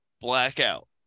Blackout